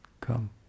come